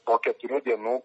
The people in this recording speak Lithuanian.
po keturių dienų